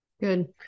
Good